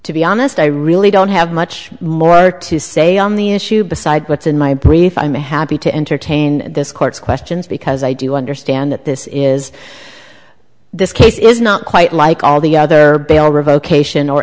to be honest i really don't have much more to say on the issue besides what's in my brief i'm happy to entertain this court's questions because i do understand that this is this case is not quite like all the other